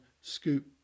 scoop